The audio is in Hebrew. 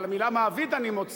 אבל את המלה "מעביד" אני מוציא.